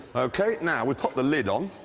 okay, now, we pop the lid on.